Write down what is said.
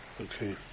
okay